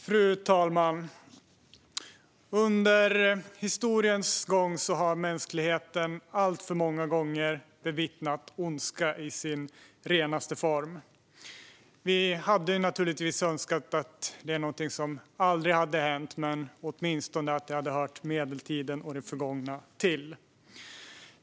Fru talman! Under historiens gång har mänskligheten alltför många gånger bevittnat ondska i dess renaste form. Vi önskar naturligtvis att det aldrig hade hänt eller åtminstone att det hade hört medeltiden och det förgångna till.